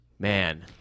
Man